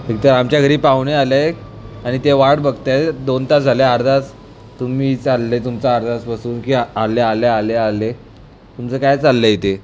एक तर आमच्या घरी पाहुणे आले आहे आणि ते वाट बघत आहे दोन तास झाले अर्धा तास तुम्ही चाललं आहे तुमचं अर्धा तासापासून की आले आले आले आले तुमचं काय चाललं आहे इथे